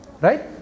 right